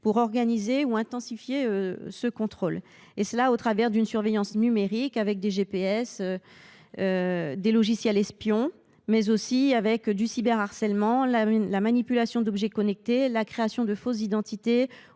pour organiser ou intensifier le contrôle, au travers d’une surveillance numérique avec des GPS, des logiciels espions, mais aussi du cyberharcèlement, de la manipulation d’objets connectés, de la création de fausses identités